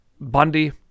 Bundy